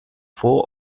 vor